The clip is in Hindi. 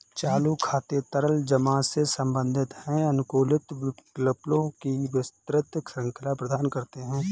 चालू खाते तरल जमा से संबंधित हैं, अनुकूलित विकल्पों की विस्तृत श्रृंखला प्रदान करते हैं